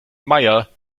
meier